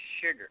sugar